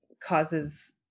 causes